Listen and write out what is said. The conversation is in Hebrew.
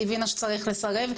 היא הבינה שצריך לסרב.